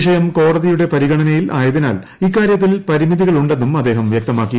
വിഷയം കോടതിയുടെ പരിഗണനയിൽ ആയതിനാൽ ഇക്കാര്യത്തിൽ പരിമിതികളുണ്ടെന്നും അദ്ദേഹം വ്യക്തമാക്കി